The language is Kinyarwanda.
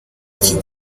iki